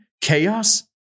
chaos